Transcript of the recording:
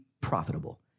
profitable